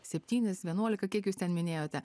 septynis vienuolika kiek jūs ten minėjote